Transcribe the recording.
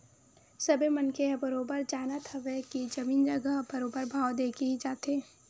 सबे मनखे ह बरोबर जानत हवय के जमीन जघा ह बरोबर भाव देके ही जाथे